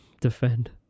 defend